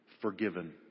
Forgiven